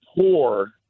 poor